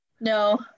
no